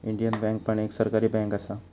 Indian bank पण एक सरकारी बँक असा